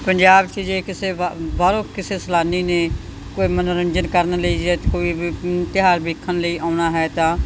ਪੰਜਾਬ 'ਚ ਜੇ ਕਿਸੇ ਬਾ ਬਾਹਰੋਂ ਕਿਸੇ ਸੈਲਾਨੀ ਨੇ ਕੋਈ ਮਨੋਰੰਜਨ ਕਰਨ ਲਈ ਜਾਂ ਕੋਈ ਵੀ ਤਿਉਹਾਰ ਵੇਖਣ ਲਈ ਆਉਣਾ ਹੈ ਤਾਂ